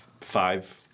Five